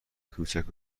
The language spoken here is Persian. کوچیک